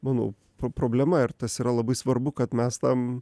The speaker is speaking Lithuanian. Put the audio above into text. manau problema ir tas yra labai svarbu kad mes tam